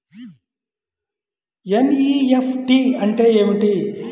NEFT అంటే ఏమిటి?